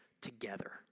together